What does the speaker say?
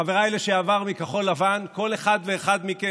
חבריי לשעבר מכחול לבן כל אחד ואחד מכם,